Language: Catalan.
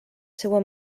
seua